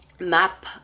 Map